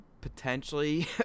potentially